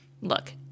Look